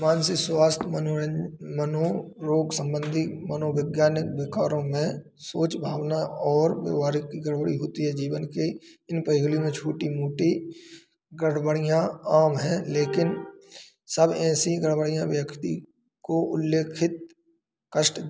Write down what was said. मानसिक स्वास्थ्य रोग संबंधी मनोवैज्ञानिक विकारों में सोच भावना और व्यावहारिक की गड़बड़ी होती है जीवन की इन पहेलियों में छोटी मोटी गड़बड़ियाँ आम हैं लेकिन सब ऐसी गड़बड़ियाँ व्यक्ति को उल्लेखित कष्ट